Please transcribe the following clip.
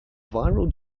viral